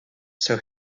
saw